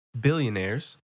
billionaires